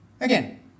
Again